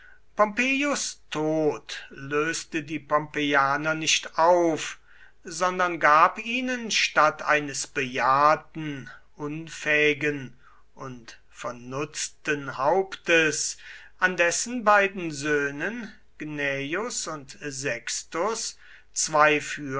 tod löste die pompeianer nicht auf sondern gab ihnen statt eines bejahrten unfähigen und vernutzten hauptes an dessen beiden söhnen gnaeus und sextus zwei